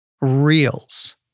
reels